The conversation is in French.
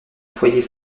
foyer